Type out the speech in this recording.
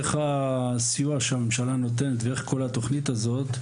איך הסיוע שהממשלה נותנת ואיך כל התוכנית הזאת,